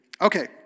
Okay